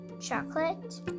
chocolate